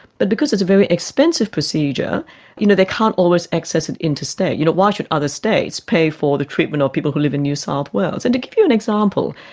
but because it is a very expensive procedure you know they can't always access it interstate. you know, why should other states pay for the treatment of people who live in new south wales? and to give you an example,